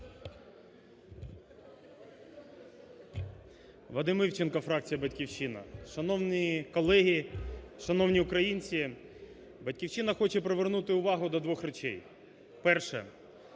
Вадим Івченко, фракція "Батьківщина". Шановні колеги, шановні українці, "Батьківщина" хоче привернути увагу до двох речей. Перше,